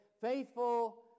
faithful